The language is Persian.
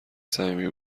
صمیمی